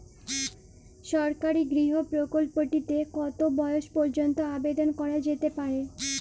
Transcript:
সরকারি গৃহ প্রকল্পটি তে কত বয়স পর্যন্ত আবেদন করা যেতে পারে?